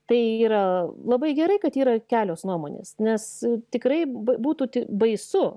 tai yra labai gerai kad yra kelios nuomonės nes tikrai b būtų ti baisu